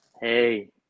Hey